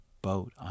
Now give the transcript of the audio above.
boat